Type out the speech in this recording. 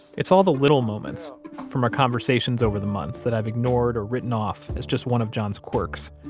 it's all the little moments from our conversations over the months that i've ignored or written off as just one of john's quirks.